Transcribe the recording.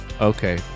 Okay